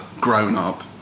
grown-up